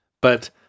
but-